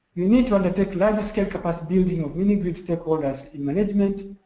you need to undertake large-scale capacity building of mini grid stakeholders in management,